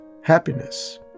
happiness